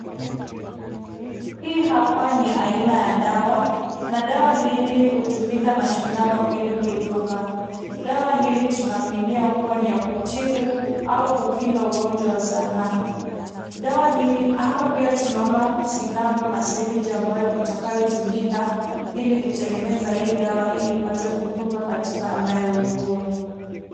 Hii hapa ni aina ya dawa na dawa hili hutumika na shindano ili kudunga. Dawa hili tunaaminia kuwa na ya kutibu au kukinga ugonjwa wa zinaa. Hapa pia tunaona sindano na sirinji ambayo itakayotumika ili kutengeneza hii dawa ili ipate kudunga katika anayeugua.